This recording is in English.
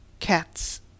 cats